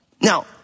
Now